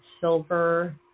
silver